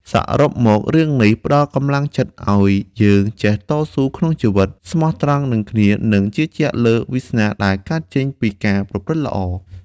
សរុបមករឿងនេះផ្តល់កម្លាំងចិត្តឲ្យយើងចេះតស៊ូក្នុងជីវិត ស្មោះត្រង់នឹងគ្នា និងជឿជាក់លើវាសនាដែលកើតចេញពីការប្រព្រឹត្តល្អ។